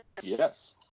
yes